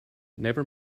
never